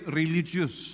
religious